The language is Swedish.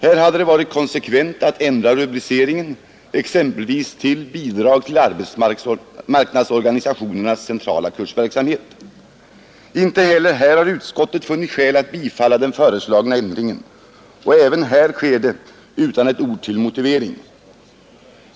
Här hade det varit konsekvent att ändra rubriceringen, exempelvis till Bidrag till arbetsmarknadsorganisationernas centrala kursverksamhet. Inte heller här har utskottet funnit skäl att tillstyrka den föreslagna ändringen och även här sker det utan ett ord till motivering.